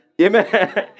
Amen